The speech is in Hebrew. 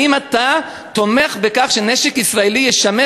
האם אתה תומך בכך שנשק ישראלי ישמש